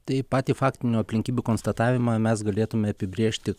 tai patį faktinių aplinkybių konstatavimą mes galėtume apibrėžti